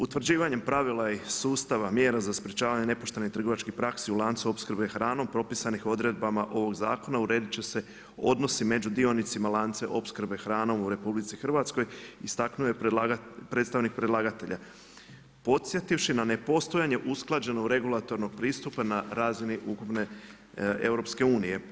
Utvrđivanjem pravila i sustava mjera za sprečavanje nepoštenih trgovačkih praksi u lancu opskrbe hranom propisanih odredbama ovog zakona uredit će se odnosi među dionicima lanaca opskrbe hranom u RH istaknuo je predstavnik predlagatelja, podsjetivši na nepostojanje usklađenog regulatornog pristupa na razini ukupne EU.